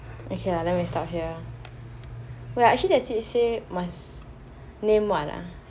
okay lah let me stop here wait ah actually she say must name what ah